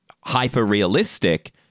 hyper-realistic